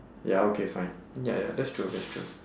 ya okay fine ya ya that's true that's true